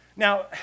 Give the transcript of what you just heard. Now